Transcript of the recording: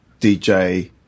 DJ